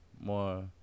more